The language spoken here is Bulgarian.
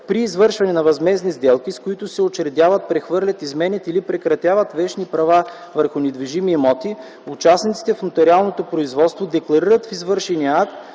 При извършване на възмездни сделки, с които се учредяват, прехвърлят, изменят или прекратяват вещни права върху недвижими имоти, участниците в нотариалното производство декларират в извършвания акт,